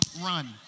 run